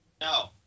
No